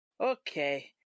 Okay